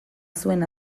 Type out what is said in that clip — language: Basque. zuen